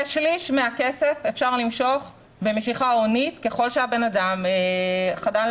כשליש מהכסף אפשר למשוך במשיכה הונית ככל שהבן אדם חדל